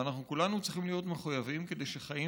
ואנחנו כולנו צריכים להיות מחויבים כדי שחיים